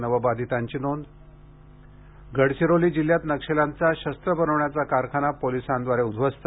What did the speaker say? नवबाधितांची नोंद गडचिरोली जिल्ह्यात नक्षल्यांचा शस्त्र बनवण्याचा कारखाना पोलिसांद्वारे उदध्वस्त